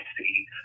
see